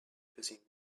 causing